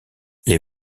les